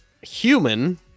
human